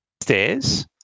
stairs